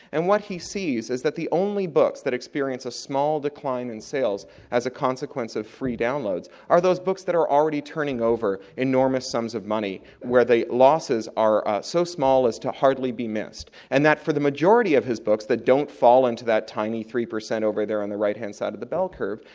and what he sees is that the only books that experience a small decline in sales as a consequence of free downloads, are those books that are already turning over enormous sums of money where the losses are so small as to hardly be missed. and that for the majority of his books that don't fall into that tiny three percent over there on the right-hand side of the bell curve,